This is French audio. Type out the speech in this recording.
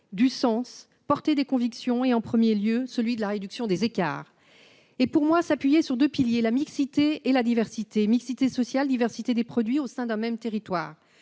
du sens, porter des convictions et, en premier lieu, celle de la réduction des écarts. Pour moi, elle doit s'appuyer sur deux piliers : la mixité et la diversité ; la mixité sociale et la diversité des produits au sein d'un même territoire.